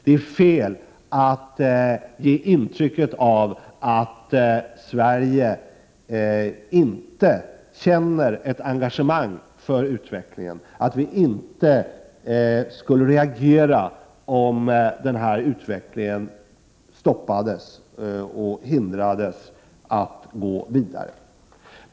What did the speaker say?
Det är fel att ge intryck av att Sverige inte känner ett engagemang för utvecklingen, att vi inte skulle reagera om den här utvecklingen hindrades från att gå vidare.